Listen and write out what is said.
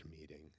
meeting